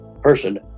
person